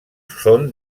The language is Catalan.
són